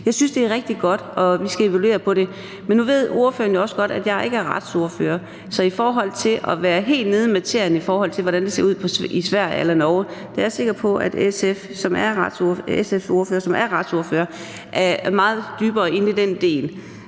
Jeg synes, det er rigtig godt, og vi skal evaluere det. Men nu ved ordføreren jo også godt, at jeg ikke er retsordfører, så i forhold til at være helt nede i materien og vide, hvordan det ser ud i Sverige eller Norge, er jeg sikker på, at SF's ordfører, som er retsordfører, er meget dybere inde i den del.